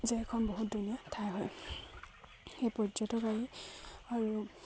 যে এখন বহুত ধুনীয়া ঠাই হয় সেই পৰ্যটকৰী আৰু